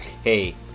Hey